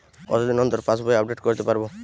কতদিন অন্তর পাশবই আপডেট করতে পারব?